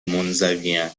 منزوین